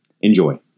Enjoy